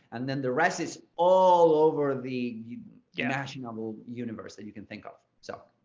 and then the rest is all over the yeah national universe that you can think of. so